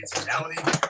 Reality